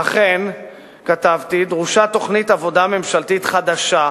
"לכן", כתבתי, "דרושה תוכנית עבודה ממשלתית חדשה,